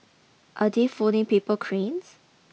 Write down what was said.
are they folding paper cranes